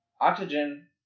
oxygen